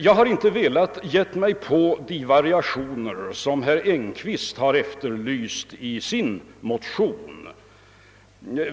Jag har inte velat ge mig på de variationer som herr Engkvist har efterlyst i sin motion.